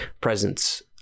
presence